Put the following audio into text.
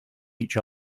each